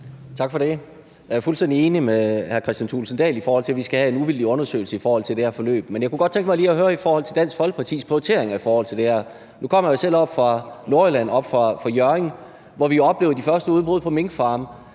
Tak for det. Jeg er fuldstændig enig med hr. Kristian Thulesen Dahl i, at vi skal have en uvildig undersøgelse af det her forløb. Men jeg kunne godt tænke mig at høre om Dansk Folkepartis prioriteringer. Nu kommer jeg selv oppe fra Nordjylland, fra Hjørring, hvor vi jo oplevede de første udbrud på minkfarmene,